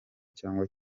cyangwa